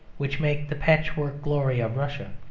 which make the patchwork glory of russia.